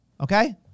Okay